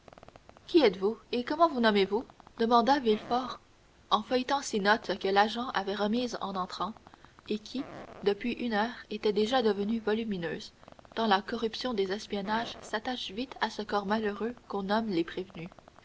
qui êtes-vous et comment vous nommez-vous demanda villefort en feuilletant ces notes que l'agent lui avait remises en entrant et qui depuis une heure étaient déjà devenues volumineuses tant la corruption des espionnages s'attache vite à ce corps malheureux qu'on nomme les prévenus